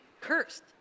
cursed